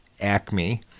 ACME